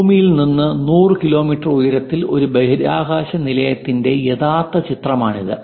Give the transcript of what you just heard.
ഭൂമിയിൽ നിന്ന് 100 കിലോമീറ്റർ ഉയരത്തിൽ ഒരു ബഹിരാകാശ നിലയത്തിന്റെ യഥാർത്ഥ ചിത്രമാണിത്